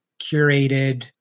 curated